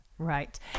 Right